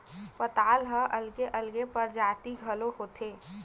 पताल ह अलगे अलगे परजाति घलोक होथे